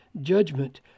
judgment